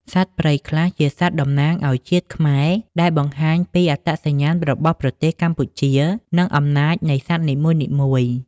សត្វព្រៃខ្លះជាសត្វតំណាងឲ្យជាតិខ្មែរដែលបង្ហាញពីអត្តសញ្ញាណរបស់ប្រទេសកម្ពុជានិងអំណាចនៃសត្វនីមួយៗ។